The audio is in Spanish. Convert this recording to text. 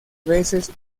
veces